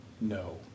no